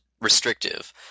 restrictive